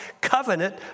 covenant